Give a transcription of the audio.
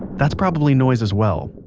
that's probably noise as well.